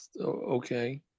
okay